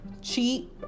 cheat